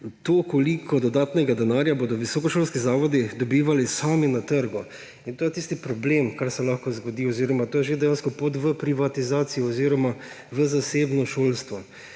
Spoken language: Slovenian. to, koliko dodatnega denarja bodo visokošolski zavodi dobivali sami na trgu. In to je ta problem, ki se lahko zgodi, oziroma to je že dejansko pot v privatizacijo oziroma v zasebno šolstvo.